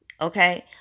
Okay